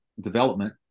development